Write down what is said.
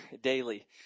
daily